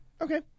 Okay